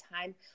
time